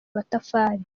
amatafari